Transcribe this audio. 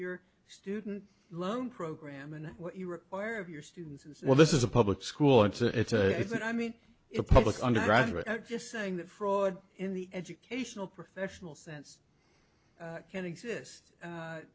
your student loan program and what you require of your students well this is a public school it's a it's a it's an i mean if public undergraduate at just saying that fraud in the educational professional sense